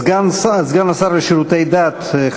סגן השר לשירותי דת,